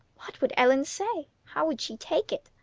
what would ellen say? how would she take it?